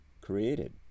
created